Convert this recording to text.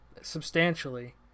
substantially